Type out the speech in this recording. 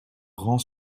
rangs